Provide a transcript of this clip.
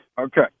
Okay